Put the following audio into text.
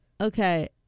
okay